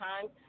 time